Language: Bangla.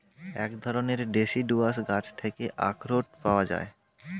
এক ধরণের ডেসিডুয়াস গাছ থেকে আখরোট পাওয়া যায়